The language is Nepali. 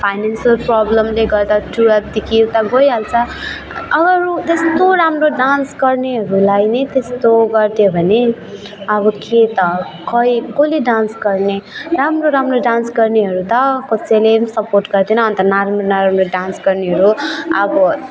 फाइनेन्सियल प्रब्लमले गर्दा टुवेल्भदेखि यता उता गइहाल्छ अरू त्यस्तो राम्रो डान्स गर्नेहरूलाई नै त्यस्तो गरिदियो भने अब के त खोइ कसले डान्स गर्ने राम्रो राम्रो डान्स गर्नेहरू त कसैले सपोर्ट गर्दैन अन्त नराम्रो नराम्रो डान्स गर्नेहरू अब के